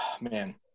man